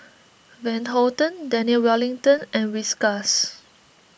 Van Houten Daniel Wellington and Whiskas